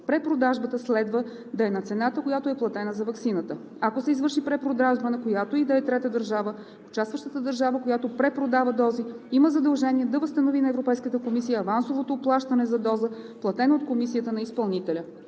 Препродажбата следва да е на цената, която е платена за ваксината. Ако се извърши препродажба, на която и да е трета държава, участващата държава, която препродава дози, има задължение да възстанови на Европейската комисия авансовото плащане за доза, платена от Комисията на изпълнителя.